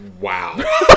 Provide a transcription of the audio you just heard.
Wow